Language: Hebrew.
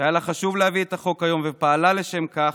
שהיה לה חשוב להביא את החוק היום ופעלה לשם כך,